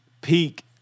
peak